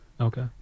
Okay